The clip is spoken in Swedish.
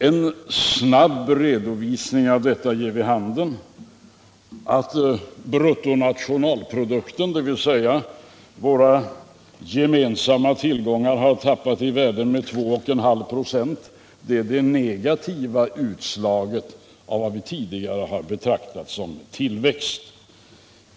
En snabb redovisning av detta ger vid handen att bruttonationalprodukten, dvs. våra gemensamma tillgångar, har tappat i värde med 2,5 96. Det är det negativa utslaget av vad vi tidigare betraktat som tillväxt.